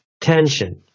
tension